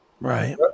Right